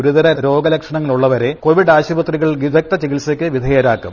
ഗുരുതര രോഗലക്ഷണങ്ങൾ ഉള്ളവരെ കോവിഡ് ആശുപത്രികളിൽ വിദഗ്ദ്ധ ചികിത്സയ്ക്ക് വിധേയരാക്കും